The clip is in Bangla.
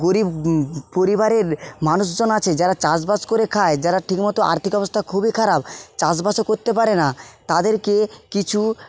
গরীব পরিবারের মানুষজন আছে যারা চাষবাস করে খায় যারা ঠিকমতো আর্থিক অবস্থা খুবই খারাপ চাষবাসও করতে পারে না তাদেরকে কিছু